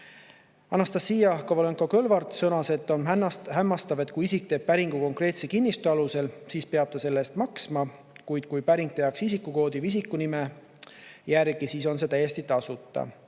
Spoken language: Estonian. Anastassia Kovalenko-Kõlvart sõnas, et on hämmastav, et kui isik teeb päringu konkreetse kinnistu alusel, siis peab ta selle eest maksma, kuid kui päring tehakse isikukoodi või isikunime järgi, siis on see täiesti tasuta,